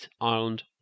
Ireland